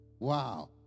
Wow